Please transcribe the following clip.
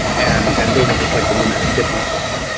and and those are just like the mimetic differences.